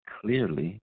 clearly